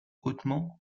hautement